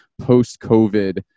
post-COVID